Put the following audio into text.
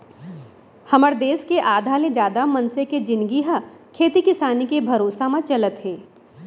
हमर देस के आधा ले जादा मनसे के जिनगी ह खेती किसानी के भरोसा म चलत हे